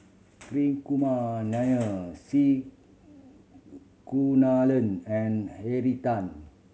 Hri Kumar Nair C Kunalan and Henry Tan